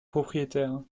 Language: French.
propriétaire